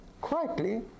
quietly